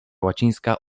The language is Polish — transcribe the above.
łacińska